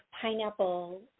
pineapple